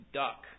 duck